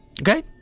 okay